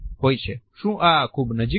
શું આ ખૂબ નજીક છે